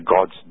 gods